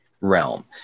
realm